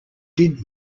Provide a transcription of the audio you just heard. did